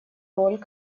роль